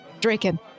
Draken